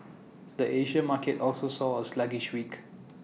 the Asia market also saw A sluggish week